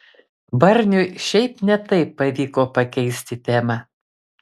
barniui šiaip ne taip pavyko pakeisti temą